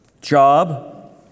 job